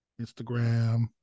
Instagram